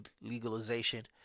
legalization